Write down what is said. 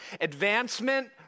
advancement